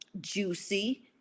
juicy